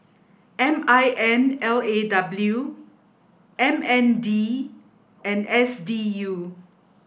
M I N L A W M N D and S U